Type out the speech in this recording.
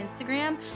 Instagram